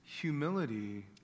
humility